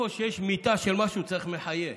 איפה שיש מיתה של משהו צריך מחיה.